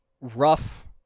rough